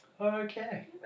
okay